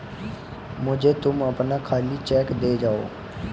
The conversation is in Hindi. मुझे तुम अपना खाली चेक दे जाओ